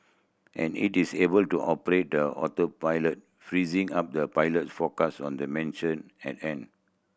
and it is able to operate the autopilot freezing up the pilot focus on the mission at hand